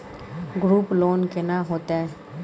Group loan केना होतै?